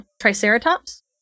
Triceratops